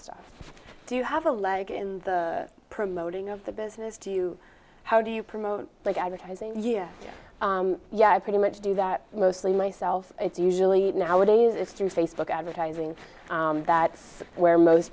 stuff do you have a leg in the promoting of the business do you how do you promote like advertising year yeah i pretty much do that mostly myself it's usually nowadays it's through facebook advertising that's where most